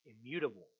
immutable